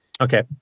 Okay